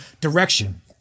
direction